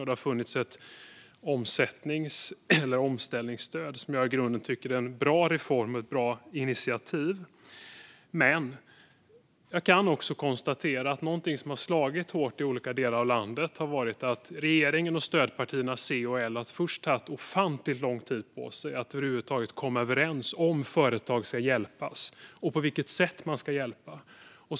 Det har funnits ett omställningsstöd. Det är i grunden en bra reform och ett bra initiativ. Men jag kan konstatera att det har slagit hårt i olika delar av landet att regeringen och stödpartierna C och L först har tagit ofantligt lång tid på sig att över huvud taget komma överens om företag ska hjälpas och på vilket sätt man ska hjälpa dem.